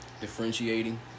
Differentiating